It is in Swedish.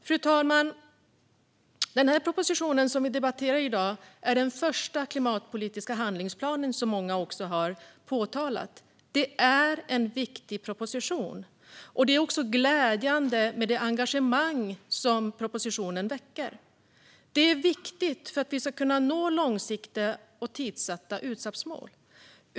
Fru talman! Propositionen som vi debatterar i dag är den första klimatpolitiska handlingsplanen, vilket många också har påpekat här. Det är en viktig proposition. Det är också glädjande med det engagemang som propositionen väcker. Det är viktigt för att vi ska kunna nå långsiktiga och tidssatta utsläppsmål.